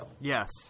Yes